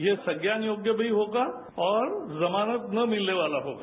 यह संज्ञान योग्य भी होगा और जमानत ना मिलने वाला होगा